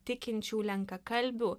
tikinčių lenkakalbių